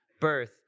birth